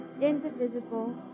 indivisible